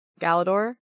Galador